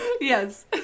Yes